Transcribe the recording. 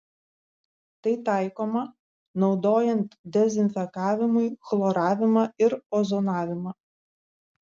tai taikoma naudojant dezinfekavimui chloravimą ir ozonavimą